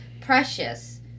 precious